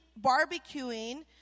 barbecuing